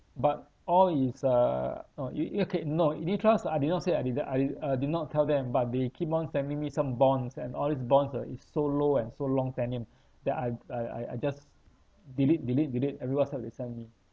but all is uh no it okay no unit trust I did not say I didn't I uh did not tell them but they keep on sending me some bonds and all these bonds uh is so low and so long tenure that I I I I just delete delete delete every WhatsApp they send me